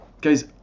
Guys